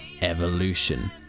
Evolution